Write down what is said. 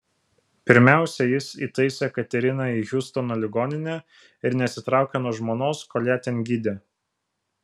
pirmiausia jis įtaisė kateriną į hjustono ligoninę ir nesitraukė nuo žmonos kol ją ten gydė